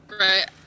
Right